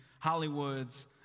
Hollywood's